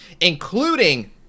including